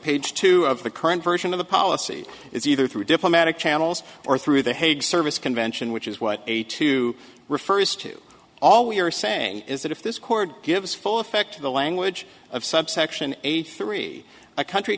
page two of the current version of the policy is either through diplomatic channels or through the hague service convention which is what a two refers to all we are saying is that if this court gives full effect to the language of subsection eighty three a country